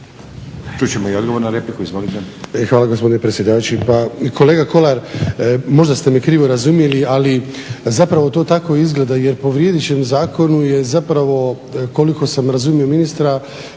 Čut ćemo i odgovor na repliku, izvolite.